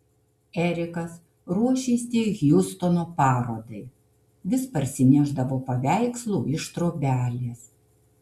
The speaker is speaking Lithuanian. erikas ruošėsi hjustono parodai vis parsinešdavo paveikslų iš trobelės